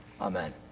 Amen